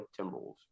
Timberwolves